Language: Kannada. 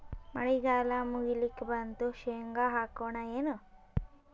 ಮಳಿಗಾಲ ಮುಗಿಲಿಕ್ ಬಂತು, ಶೇಂಗಾ ಹಾಕೋಣ ಏನು?